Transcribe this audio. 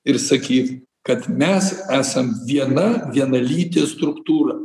ir sakyt kad mes esam viena vienalytė struktūra